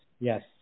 Yes